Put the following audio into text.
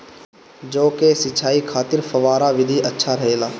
जौ के सिंचाई खातिर फव्वारा विधि अच्छा रहेला?